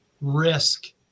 risk